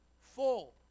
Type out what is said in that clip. full